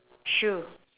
shoe